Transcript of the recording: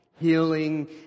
healing